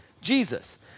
Jesus